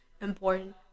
Important